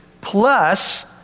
plus